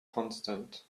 constant